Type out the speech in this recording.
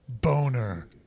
Boner